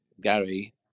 Gary